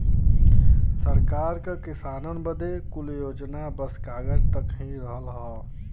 सरकार क किसानन बदे कुल योजना बस कागज तक ही रहल हौ